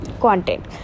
content